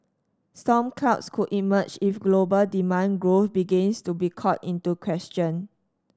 storm clouds could emerge if global demand growth begins to be called into question